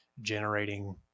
generating